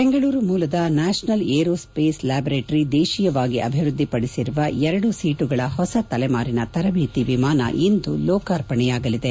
ಬೆಂಗಳೂರು ಮೂಲದ National Aerospace Laboratory ದೇಶೀಯವಾಗಿ ಅಭಿವೃದ್ದಿಪಡಿಸಿರುವ ಎರಡು ಒೕಟುಗಳ ಹೊಸ ತಲೆಮಾರಿನ ತರದೇತಿ ವಿಮಾನ ಇಂದು ಲೋಕಾರ್ಪಣೆಯಾಗಲಿದೆ